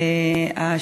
תודה,